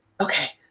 Okay